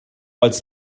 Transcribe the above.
als